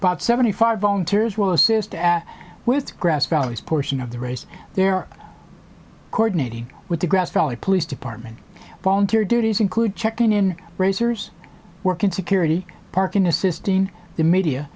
about seventy five volunteers will assist with grass valley portion of the race there coordinating with the grass valley police department volunteer duties include checking in racers work in security parking assisting the media